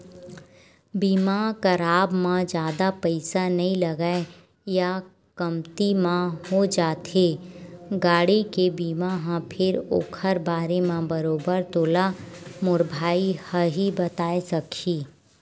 बीमा कराब म जादा पइसा नइ लगय या कमती म हो जाथे गाड़ी के बीमा ह फेर ओखर बारे म बरोबर तोला मोर भाई ह ही बताय सकही